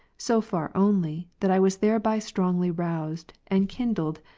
so far only, that i was thereby strongly roused, and kindled,